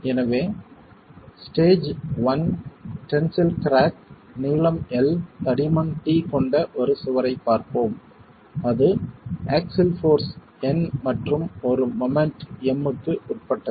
எனவே stage I tensile crack நீளம் l தடிமன் t கொண்ட ஒரு சுவரைப் பார்ப்போம் அது ஆக்ஸில் போர்ஸ் N மற்றும் ஒரு மொமெண்ட் M க்கு உட்பட்டது